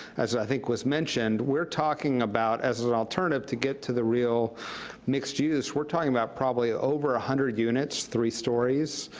as i think was mentioned, we're talking about as an alternative to get to the real mixed use, we're talking about probably over one ah hundred units, three stories,